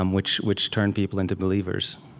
um which which turned people into believers